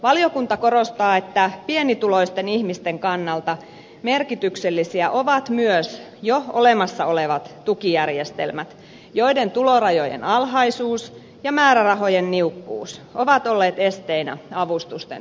valiokunta korostaa että pienituloisten ihmisten kannalta merkityksellisiä ovat myös jo olemassa olevat tukijärjestelmät joiden tulorajojen alhaisuus ja määrärahojen niukkuus ovat olleet esteinä avustusten myöntämisessä